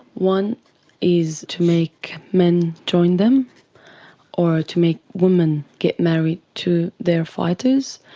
one is to make men join them or to make women get married to their fighters,